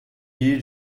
you